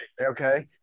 okay